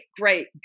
great